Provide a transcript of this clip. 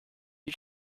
you